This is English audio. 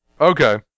okay